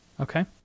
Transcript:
Okay